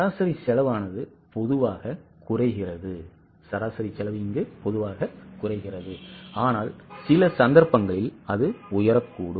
சராசரி செலவு பொதுவாக குறைகிறது ஆனால் சில சந்தர்ப்பங்களில் அது உயரக்கூடும்